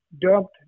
dumped